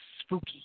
spooky